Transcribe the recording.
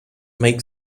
make